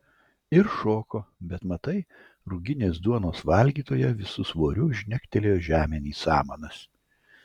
ir šoko bet matai ruginės duonos valgytoja visu svoriu žnegtelėjo žemėn į samanas